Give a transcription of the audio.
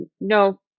no